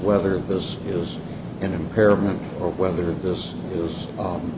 whether this is an impairment or whether this is